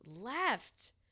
left